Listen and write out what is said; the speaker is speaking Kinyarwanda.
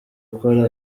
gukora